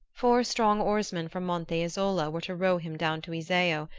four strong oarsmen from monte isola were to row him down to iseo,